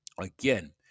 again